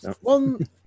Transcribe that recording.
One